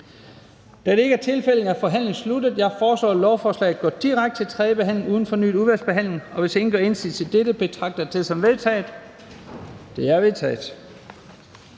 Da det ikke er tilfældet, er forhandlingen sluttet. Jeg foreslår, at lovforslaget går direkte til tredje behandling uden fornyet udvalgsbehandling, og hvis ingen gør indsigelse mod dette, betragter jeg det som vedtaget. Det er vedtaget.